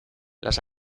las